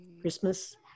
Christmas